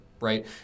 right